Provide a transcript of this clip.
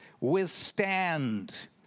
withstand